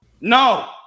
No